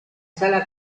sala